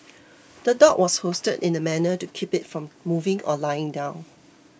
the dog was hoisted in a manner to keep it from moving or lying down